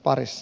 kiitos